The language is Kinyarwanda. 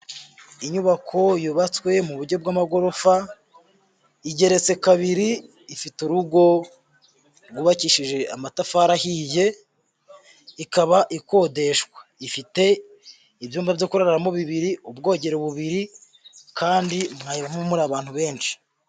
Inyubako yubatswe mu buryo bw'amagorofa, igeretse kabiri ifite urugo rwubakishije amatafari ahiye, ikaba ikodeshwa. Ifite ibyumba byo kuraramo bibiri, ubwogero bubiri kandi mwayibamo muri abantu benshi.